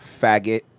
faggot